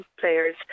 players